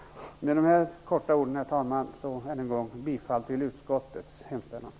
Med dessa ord, herr talman, yrkar jag ännu en gång bifall till utskottets hemställan.